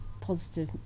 positive